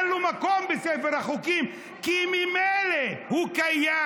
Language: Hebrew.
אין לו מקום בספר החוקים כי ממילא הוא קיים.